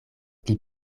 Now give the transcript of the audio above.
pli